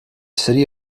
city